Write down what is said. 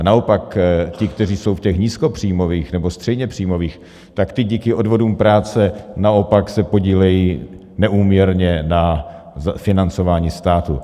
Naopak ti, kteří jsou v těch nízkopříjmových nebo středněpříjmových, tak ti díky odvodům práce se naopak podílejí neúměrně na financování státu.